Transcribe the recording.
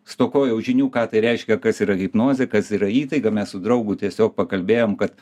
stokojau žinių ką tai reiškia kas yra hipnozė kas yra įtaiga mes su draugu tiesiog pakalbėjom kad